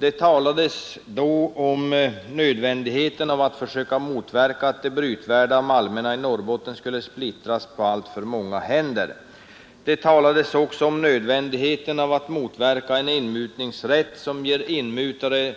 Det talades då om nödvändigheten av att försöka motverka att de brytvärda malmerna i Norrbotten skulle splittras på alltför många händer. Det talades också om nödvändigheten av att motverka en inmutningsrätt som ger inmutare